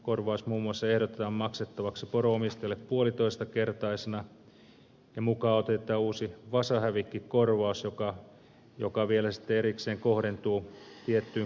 korvaus muun muassa ehdotetaan maksettavaksi poronomistajalle puolitoistakertaisena ja mukaan otetaan uusi vasahävikkikorvaus joka vielä sitten erikseen kohdentuu tiettyyn kriittiseen ajankohtaan